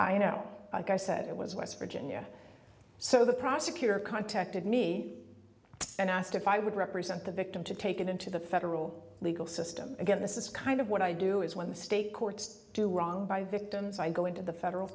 i know like i said it was west virginia so the prosecutor contacted me and asked if i would represent the victim to take it into the federal legal system again this is kind of what i do is when the state courts do wrong by victims i go into the federal